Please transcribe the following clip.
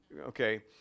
Okay